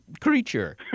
creature